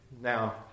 Now